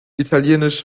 italienisch